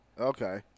Okay